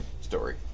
story